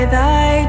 Thy